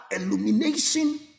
illumination